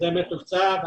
זה מתוקצב.